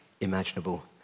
imaginable